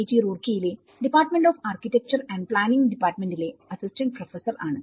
T Roorkee യിലെ department of architecture and planning ലെ assistant professor ആണ്